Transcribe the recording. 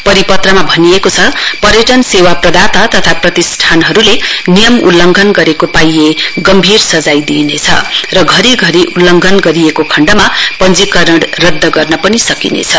परिपत्रमा भनिएको छ पर्यटन सेवा प्रदाता तथा प्रतिस्ठानहरुले नियम उल्लंघन गरेको पाइए गम्भीर सजाय दिइनेछ र घरिघरि उल्लंघन गरेको खण्डमा पंजीकरण रद्द गर्न पनि सकिनेछ